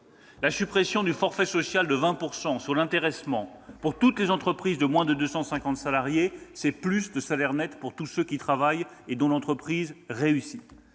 La suppression du forfait social de 20 % sur l'intéressement pour toutes les entreprises de moins de 250 salariés, c'est plus de salaire net pour tous ceux qui travaillent et dont l'entreprise réussit.